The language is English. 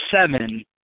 seven